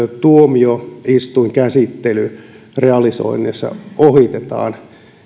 tuomioistuinkäsittely realisoinneissa ohitetaan